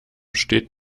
steht